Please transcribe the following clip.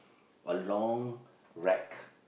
a long rack